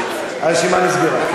הרשימה נסגרה.